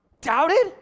doubted